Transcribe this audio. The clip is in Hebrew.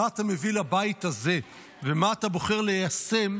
מה אתה מביא לבית הזה ומה אתה בוחר ליישם,